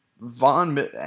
Von